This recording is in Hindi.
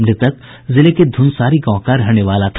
मृतक जिले के धुनसारी गांव का रहने वाला था